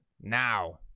now